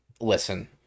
listen